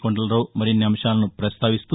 కొండలరావు మరిన్ని అంశాలను ప్రపస్తావిస్తూ